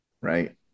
right